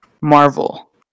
marvel